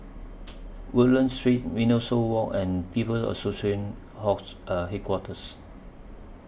Woodlands Street Mimosa Walk and People's Association Headquarters